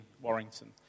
Warrington